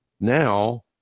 now